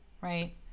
Right